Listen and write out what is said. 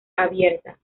abiertas